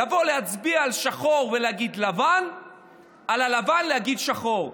לבוא ולהצביע על שחור ולהגיד לבן ועל הלבן להגיד שחור.